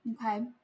Okay